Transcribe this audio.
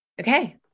okay